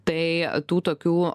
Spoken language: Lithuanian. tai tų tokių